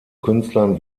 künstlern